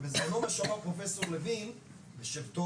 בזמנו מה שאמר פרופסור לוין בזמנו,